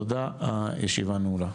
תודה, הישיבה נעולה.